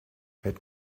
had